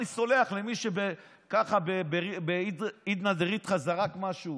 אני בדרך כלל סולח למי שככה בעידנא דריתחא זרק משהו,